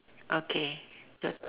okay ya